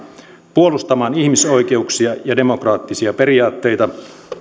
puolustamaan ihmisoikeuksia ja demokraattisia periaatteita